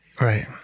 right